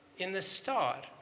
in the star.